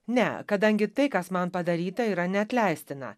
ne kadangi tai kas man padaryta yra neatleistina